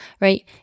right